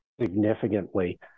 significantly